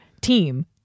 team